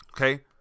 Okay